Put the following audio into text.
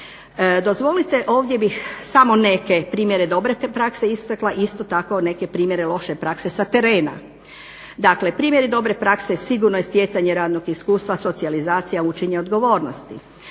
Dozvolite, ovdje bih samo neke primjere dobre prakse istakla, isto tako i neke primjere loše prakse sa terena. Dakle, primjer je dobre prakse sigurno je stjecanje radog iskustva, socijalizacija, učenja odgovornosti.